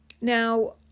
Now